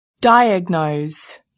diagnose